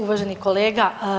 Uvaženi kolega.